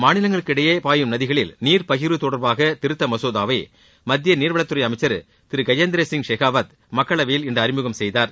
மாநிலங்கிடையே பாயும் நதிகளில் நீர் பகிர்வு தொடர்பான திருத்த மசோதாவை மத்திய நீர்வளத்துறை அமைச்சர் திரு கஜேந்திரசிங் ஷெகாவத் மக்களவையில் இன்று அறிமுகம் செய்தார்